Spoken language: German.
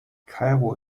kairo